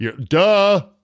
Duh